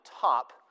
top